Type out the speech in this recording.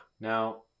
Now